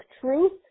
truth